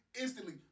instantly